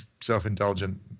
self-indulgent